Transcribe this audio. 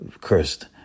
cursed